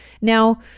Now